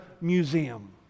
museum